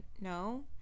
no